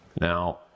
Now